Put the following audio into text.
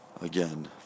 again